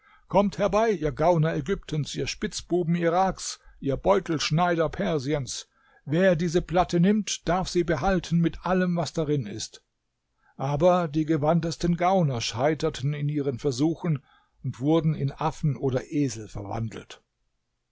kommt herbei ihr gauner ägyptens ihr spitzbuben iraks ihr beutelschneider persiens wer diese platte nimmt darf sie behalten mit allem was darin ist aber die gewandtesten gauner scheiterten in ihren versuchen und wurden in affen oder esel verwandelt